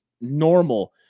normal